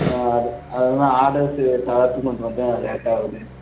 ஆ அது அதனால orders processes மட்டும் லேட்டாகுது